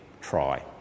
try